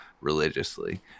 religiously